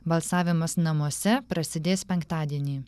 balsavimas namuose prasidės penktadienį